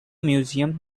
museum